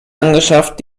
angeschafft